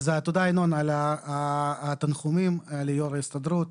תודה ינון על התנחומים ליו"ר ההסתדרות.